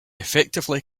effectively